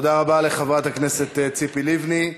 תודה רבה לחברת הכנסת ציפי לבני.